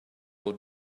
will